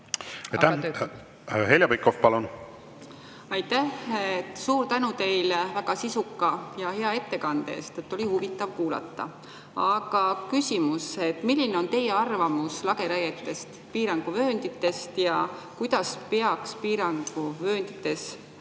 Heljo Pikhof, palun! Aitäh! Suur tänu teile väga sisuka ja hea ettekande eest, oli huvitav kuulata! Aga küsimus: milline on teie arvamus lageraietest piiranguvööndites ja kuidas peaks piiranguvööndites